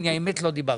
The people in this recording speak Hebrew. אבל עוד לא דיברתי.